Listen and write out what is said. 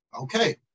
okay